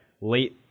late